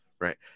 right